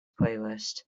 playlist